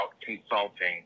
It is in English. consulting